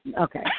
Okay